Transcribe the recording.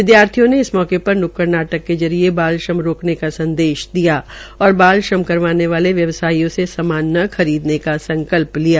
विदयार्थियों ने इस मौके पर न्क्कड़ नाटक के जरिये बाल श्रम रोकने का संदेश दिया और बाल श्रम करवाने वाले व्यवसायियों से सामान न खरीदने का संकल्प लिया